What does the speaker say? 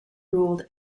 ruled